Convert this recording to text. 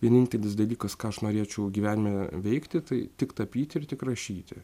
vienintelis dalykas ką aš norėčiau gyvenime veikti tai tik tapyti ir tik rašyti